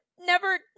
Never